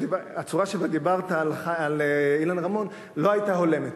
שהצורה שבה אתה דיברת על אילן רמון לא היתה הולמת.